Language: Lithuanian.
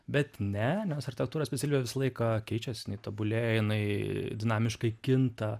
bet ne nes architektūros specialybė visą laiką keičias jinai tobulėja jinai dinamiškai kinta